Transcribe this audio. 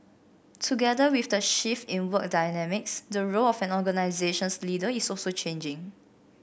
together with the shift in work dynamics the role of an organization's leader is also changing